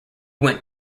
went